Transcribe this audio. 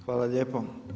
Hvala lijepo.